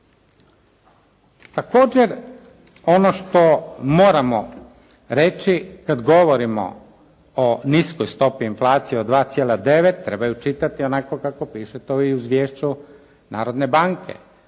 Također, ono što moramo reći kad govorimo o niskoj stopi inflacije od 2,9 treba ju čitati onako kako piše to i u izvješću Narodne banke.